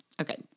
okay